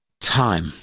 time